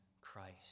Christ